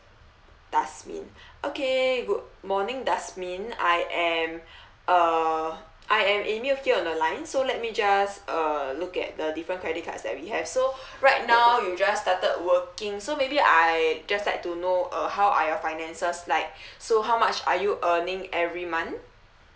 dasmine okay good morning dasmine I am uh I am emil here on the line so let me just uh look at the different credit cards that we have so right now you just started working so maybe I just like to know uh how are your finances like so how much are you earning every month